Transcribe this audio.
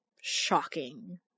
shocking